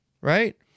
Right